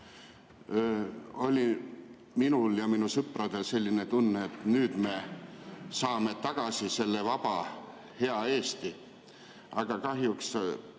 oli minul ja minu sõpradel selline tunne, et nüüd me saame tagasi selle vaba hea Eesti, aga kahjuks